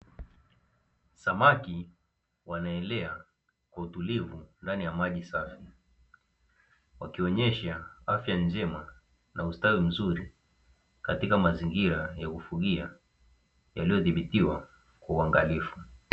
Samaki wanaelea kwa utulivu ndani ya maji safi, wakionesha afya njema na ustawi mzuri katika mazingira ya kufugia yaliyodhibitiwa kwa uangalifu.